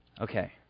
Okay